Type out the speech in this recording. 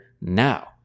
now